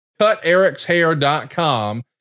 cutericshair.com